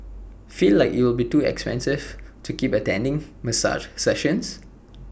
feel like IT will be too expensive to keep attending massage sessions